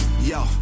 Yo